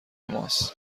ماست